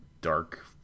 dark